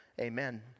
Amen